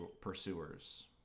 pursuers